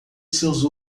seus